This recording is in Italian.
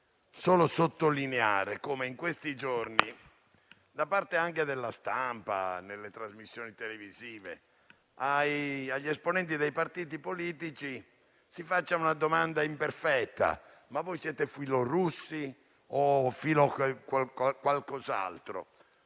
solo sottolineare come in questi giorni, da parte anche della stampa e nel corso delle trasmissioni televisive, agli esponenti dei partiti politici si faccia una domanda imperfetta, chiedendo se siamo filorussi o a favore di qualcos'altro.